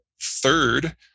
Third